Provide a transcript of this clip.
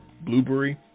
Blueberry